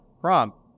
prompt